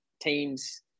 teams